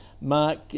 Mark